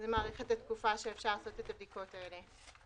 זה מאריך את התקופה שאפשר לעשות את הבדיקות האלה.